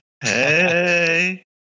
Hey